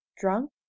drunk